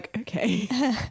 Okay